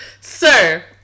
Sir